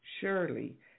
Surely